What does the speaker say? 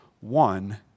one